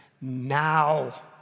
now